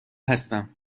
هستم